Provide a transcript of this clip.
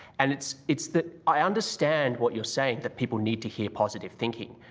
and it's it's that i understand what you're saying, that people need to hear positive thinking,